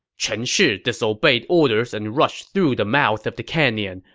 chen shi disobeyed orders and rushed through the mouth of the canyon.